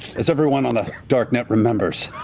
as everyone on the dark net remembers,